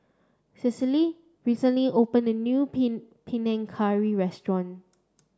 Cicely recently opened a new Pin Panang Curry Restaurant